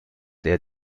der